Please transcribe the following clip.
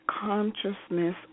consciousness